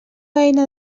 eina